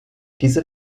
diese